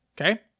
Okay